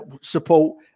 support